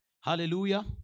Hallelujah